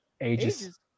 ages